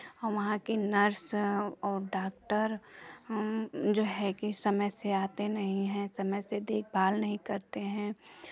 वहाँ की नर्स और डॉक्टर जो है कि समय से आते नहीं हैं समय से देखभाल नहीं करते हैं